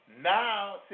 now